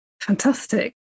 fantastic